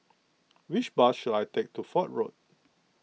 which bus should I take to Fort Road